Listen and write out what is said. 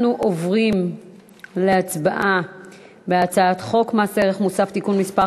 אנחנו עוברים להצבעה על הצעת חוק מס ערך מוסף (תיקון מס'